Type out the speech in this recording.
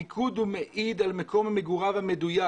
המיקוד מעיד על מקום מגוריו המדויק